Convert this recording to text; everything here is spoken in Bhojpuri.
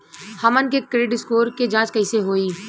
हमन के क्रेडिट स्कोर के जांच कैसे होइ?